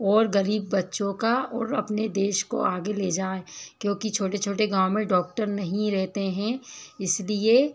और गरीब बच्चों का और अपने देश को आगे ले जाएँ क्योंकि छोटे छोटे गाँव में डॉक्टर नहीं रहते हैं इसलिए